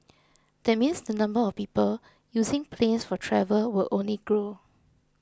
that means the number of people using planes for travel will only grow